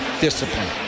discipline